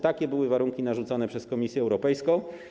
Takie były warunki narzucone przez Komisję Europejską.